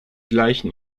gleichen